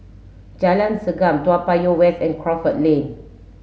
Jalan Segam Toa Payoh West and Crawford Lane